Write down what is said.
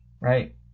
right